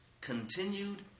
continued